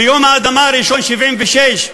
ביום האדמה הראשון, 1976,